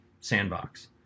sandbox